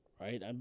right